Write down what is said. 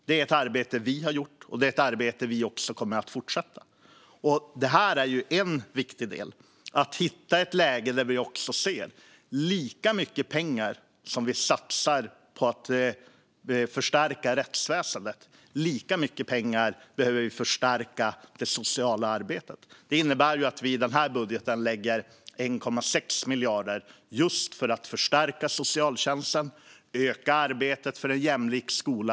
Det är ett arbete vi har gjort, och det är ett arbete vi också kommer att fortsätta. Det här är en viktig del. Vi ska hitta ett läge där vi ser att lika mycket pengar som vi satsar på att förstärka rättsväsendet behöver vi förstärka det sociala arbetet med. Det innebär att vi i den här budgeten lägger 1,6 miljarder just för att förstärka socialtjänsten och öka arbetet för en jämlik skola.